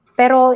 pero